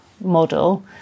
model